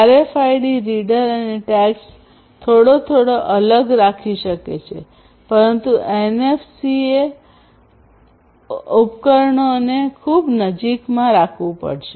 RFID reader અને tags થોડો થોડો અલગ રાખી શકે છે પરંતુ એનએફસીએ ઉપકરણોને ખૂબ નજીકમાં રાખવું પડશે